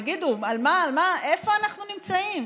תגידו, איפה אנחנו נמצאים?